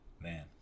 man